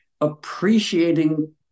appreciating